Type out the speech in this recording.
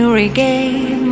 regain